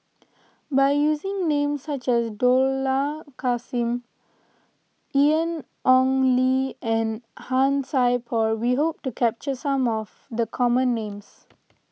by using names such as Dollah Kassim Ian Ong Li and Han Sai Por we hope to capture some of the common names